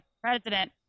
president